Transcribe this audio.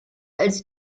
als